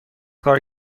کار